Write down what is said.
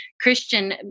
Christian